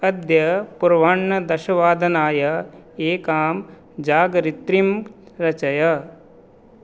अद्य पूर्वाह्णदशवादनाय एकां जागरित्रीं रचय